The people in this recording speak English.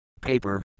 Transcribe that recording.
paper